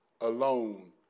alone